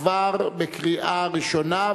התשע"ב 2012,